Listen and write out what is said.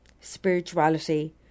Spirituality